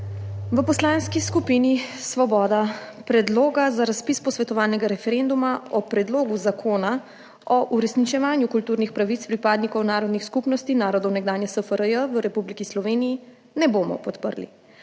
V Poslanski skupini Svoboda Predloga za razpis posvetovalnega referenduma o Predlogu zakona o uresničevanju kulturnih pravic pripadnikov narodnih skupnosti narodov nekdanje SFRJ v Republiki Sloveniji ne bomo podprli,